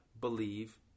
believe